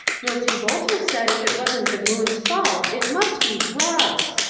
milty boulter said if it wasn't the moon's fault it must be grubs.